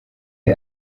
der